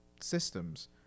systems